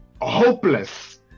hopeless